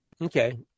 Okay